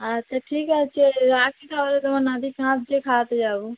আচ্ছা ঠিক আছে রাখি তাহলে তোমার নাতি কাঁদছে খাওয়াতে যাবো